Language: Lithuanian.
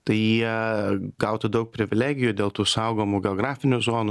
tai jie gautų daug privilegijų dėl tų saugomų geografinių zonų